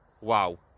Wow